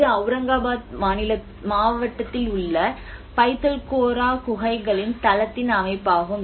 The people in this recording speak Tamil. இது அவுரங்காபாத் மாவட்டத்தில் உள்ள பைத்தல்கோரா குகைகளின் தளத்தின் அமைப்பாகும்